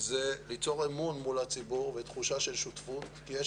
זה ליצור אמון מול הציבור ותחושה של שותפות כי יש